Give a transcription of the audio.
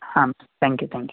ಹಾಂ thank you thank you